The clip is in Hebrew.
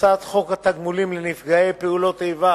את הצעת חוק התגמולים לנפגעי פעולות איבה